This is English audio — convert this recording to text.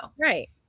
right